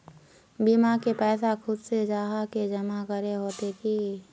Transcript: बीमा के पैसा खुद से जाहा के जमा करे होते की?